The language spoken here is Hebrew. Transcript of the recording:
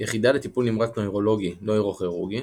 יחידה לטיפול נמרץ נוירולוגי – נוירוכירורגי